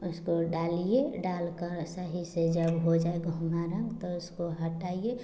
उसको डालिए डालकर सही से जब हो जाए तो तो तो उसको हटाइए